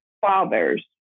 Fathers